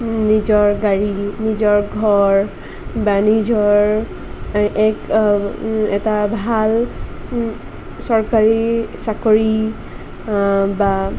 নিজৰ গাড়ী নিজৰ ঘৰ বা নিজৰ এক এটা ভাল চৰকাৰী চাকৰি বা